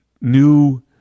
new